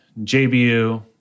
JBU